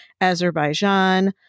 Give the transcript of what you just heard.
Azerbaijan